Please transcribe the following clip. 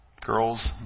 girls